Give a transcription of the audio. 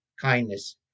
kindness